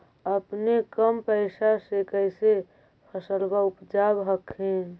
अपने कम पैसा से कैसे फसलबा उपजाब हखिन?